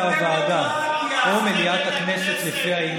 אלוף הדמוקרטיה, רמסתם את הכנסת, בושה.